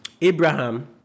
Abraham